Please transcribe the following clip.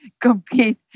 compete